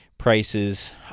prices